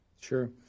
Sure